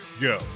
Go